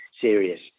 serious